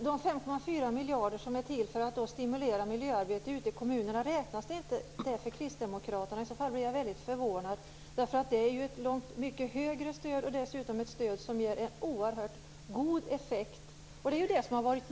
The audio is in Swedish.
Herr talman! Räknar kristdemokraterna inte med de 5,4 miljarder som avsatts för att stimulera miljöarbete ute i kommunerna? I så fall blir jag väldigt förvånad. Det är ju ett mycket större stöd och dessutom ett stöd som ger en oerhört god effekt.